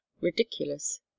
ridiculous